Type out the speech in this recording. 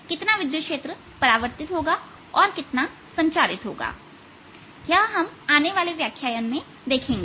कितना विद्युत क्षेत्र परावर्तित होगा और कितना संचारित होगा यह हम आने वाले व्याख्यान में देखेंगे